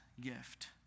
gift